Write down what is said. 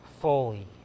fully